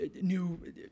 new